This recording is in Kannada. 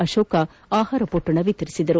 ಅಶೋಕ್ ಆಹಾರ ಪೊಟ್ಟಣ ವಿತರಿಸಿದರು